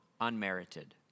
unmerited